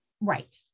Right